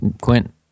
Quint